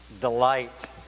delight